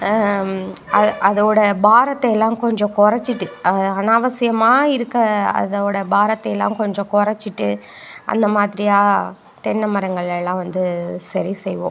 அ அதோடய பாரத்தையெல்லாம் கொஞ்சம் கொறைச்சிட்டு அனாவசியமாக இருக்க அதோடய பாரத்தையெல்லாம் கொஞ்சம் கொறைச்சிட்டு அந்த மாதிரியாக தென்னை மரங்களெல்லாம் வந்து சரி செய்வோம்